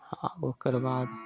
आ ओकर बाद